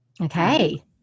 Okay